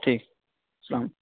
ٹھیک سلام